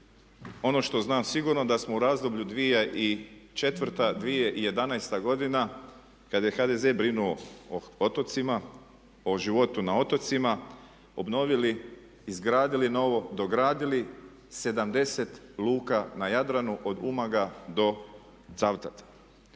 Ono što znam sigurno da smo u razdoblju 2004.-2011. godina kada je HDZ brinuo o otocima, o životu na otocima obnovili, izgradili novo, dogradili 70 luka na Jadranu od Umaga do Cavtata.